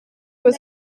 was